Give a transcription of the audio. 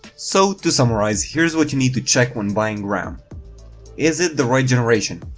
so, to summarise, here's what you need to check when buying ram is it the right generation?